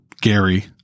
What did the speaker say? Gary